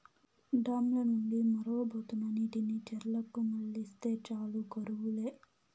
dam ల నుండి మొరవబోతున్న నీటిని చెర్లకు మల్లిస్తే చాలు కరువు లే